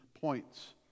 points